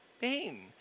pain